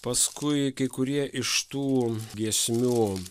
paskui kai kurie iš tų giesmių